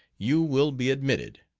you will be admitted,